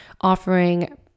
offering